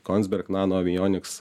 kongsberg nanoavionics